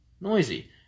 noisy